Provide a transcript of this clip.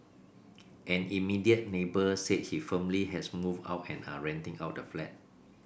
an immediate neighbour said he family has moved out and are renting out the flat